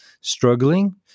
struggling